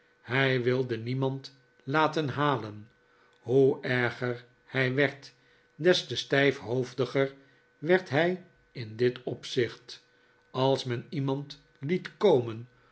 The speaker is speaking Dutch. hij wilde niemand laten halen hoe erger hij werd des te stijfhoofdiger werd hij in dit opzicht als men iemand liet komen